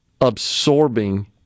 absorbing